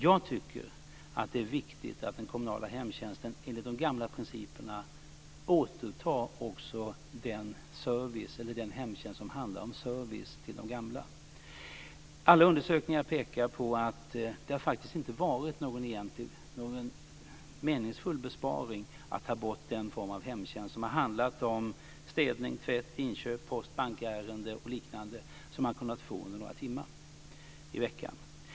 Jag tycker att det är viktigt att den kommunala hemtjänsten enligt de gamla principerna återtar också den hemtjänst som handlar om service till de gamla. Alla undersökningar pekar på att det egentligen inte har varit någon meningsfull besparing att ta bort den form av hemtjänst som har handlat om städning, tvätt, inköp, post och bankärenden och liknande som man kunnat få under några timmar i veckan.